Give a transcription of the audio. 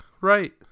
right